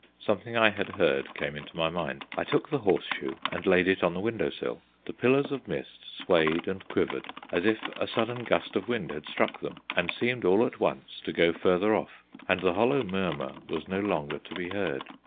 something i had heard came into my mind. i took the horseshoe and laid it on the window-sill. the pillars of mist swayed and quivered as if a sudden gust of wind had struck them, and seemed all at once to go farther off and the hollow murmur was no longer to be heard.